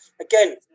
again